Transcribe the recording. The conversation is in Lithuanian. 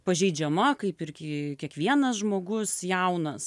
pažeidžiama kaip ir ki kiekvienas žmogus jaunas